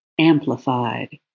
amplified